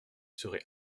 serait